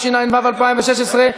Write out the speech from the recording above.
התשע"ו 2016,